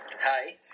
Hi